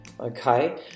okay